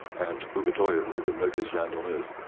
and bouvetoya, the remotest land on earth,